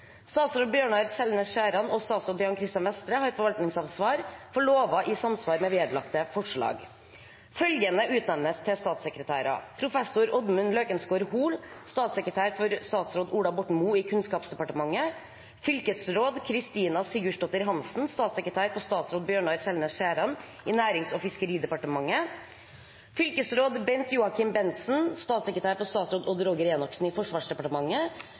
Statsråd Bjørnar Selnes Skjæran og statsråd Jan Christian Vestre har forvaltningsansvar for lover i samsvar med vedlagte forslag. Følgende utnevnes til statssekretærer: Professor Oddmund Løkensgard Hoel, statssekretær for statsråd Ola Borten Moe i Kunnskapsdepartementet. Fylkesråd Kristina Sigursdottir Hansen, statssekretær for statsråd Bjørnar Selnes Skjæran i Nærings- og fiskeridepartementet. Fylkesråd Bent-Joacim Bentzen, statssekretær for statsråd Odd Roger Enoksen i Forsvarsdepartementet.